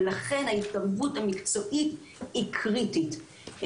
לכן ההתערבות המקצועית היא קריטית.